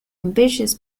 ambitious